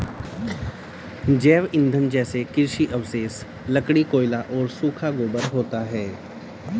जैव ईंधन जैसे कृषि अवशेष, लकड़ी, कोयला और सूखा गोबर होता है